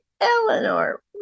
Eleanor